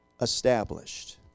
established